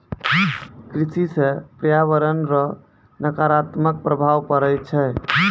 कृषि से प्रर्यावरण रो नकारात्मक प्रभाव पड़ै छै